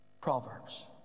Proverbs